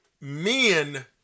men